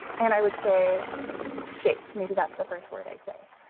and i would say shapes, maybe that's the first word i say.